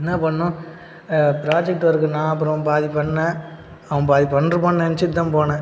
என்ன பண்ணிணோம் project work நான் அப்புறம் பாதி பண்ணிணேன் அவன் பாதி பண்ணிருப்பானு நெனச்சுட்டுதான் போனேன்